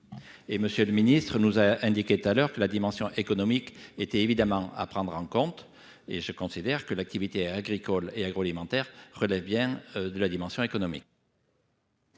Et Monsieur le Ministre, nous a indiqué tout à l'heure que la dimension économique était évidemment à prendre en compte et je considère que l'activité agricole et agroalimentaire relève bien de la dimension économique.